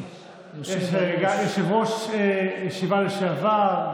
יושב-ראש ישיבה לשעבר,